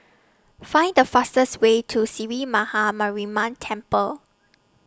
Find The fastest Way to Sree Maha Mariamman Temple